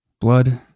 Blood